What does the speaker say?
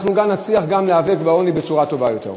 אנחנו גם נצליח להיאבק בעוני בצורה טובה יותר.